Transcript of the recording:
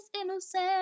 innocent